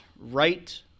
right